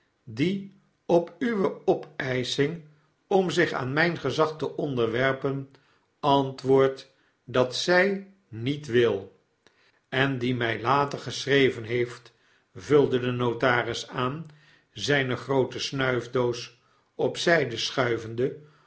die op uwe opeisching om zich aan myn gezag te onderwerpen antwoord dat zy niet wil en die my later geschreven heeft vulde de notaris aan zyne groote snuifdoof op zyde schuivende